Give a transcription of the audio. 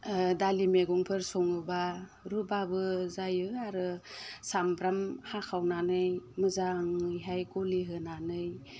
दालि मैगंफोर सङोब्ला रुब्लाबो जायो आरो सामब्राम हाखावनानै मोजाङैहाय गलि होनानै